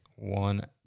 one